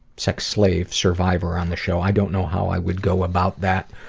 sex slave survivor on the show. i don't know how i would go about that